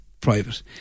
private